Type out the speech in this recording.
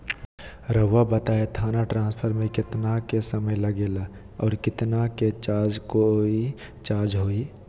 रहुआ बताएं थाने ट्रांसफर में कितना के समय लेगेला और कितना के चार्ज कोई चार्ज होई?